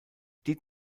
die